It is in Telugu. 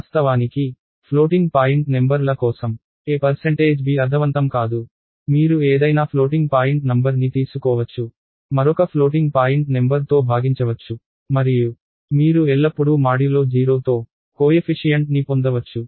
వాస్తవానికి ఫ్లోటింగ్ పాయింట్ నెంబర్ ల కోసం a పర్సెంటేజ్ b అర్ధవంతం కాదు మీరు ఏదైనా ఫ్లోటింగ్ పాయింట్ నంబర్ని తీసుకోవచ్చు మరొక ఫ్లోటింగ్ పాయింట్ నెంబర్ తో భాగించవచ్చు మరియు మీరు ఎల్లప్పుడూ మాడ్యులో 0 తో కోయెఫిషియంట్ ని పొందవచ్చు